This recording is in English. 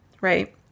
right